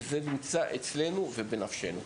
כי זה נמצא אצלנו ובנפשנו.